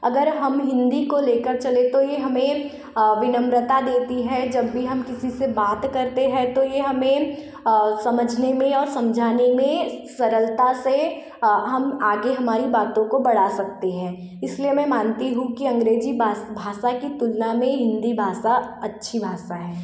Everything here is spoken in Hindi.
अगर हम हिन्दी को लेकर चले तो यह हमें विनम्रता देती है जब भी हम किसी से बात करते है तो यह हमें समझने में और समझने में सरलता से हम आगे हमारी बातों को बढ़ा सकते हैं इसलिए मैं मानती हूँ कि अंग्रेजी बा भाषा की तुलना में हिन्दी भाषा अच्छी भाषा है